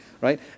right